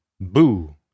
Boo